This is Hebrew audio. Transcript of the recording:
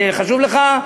זה חשוב לך,